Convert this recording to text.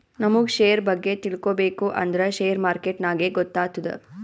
ನಮುಗ್ ಶೇರ್ ಬಗ್ಗೆ ತಿಳ್ಕೋಬೇಕು ಅಂದ್ರ ಶೇರ್ ಮಾರ್ಕೆಟ್ ನಾಗೆ ಗೊತ್ತಾತ್ತುದ